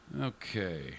Okay